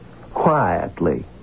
Quietly